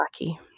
lucky